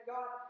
God